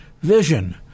vision